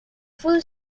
full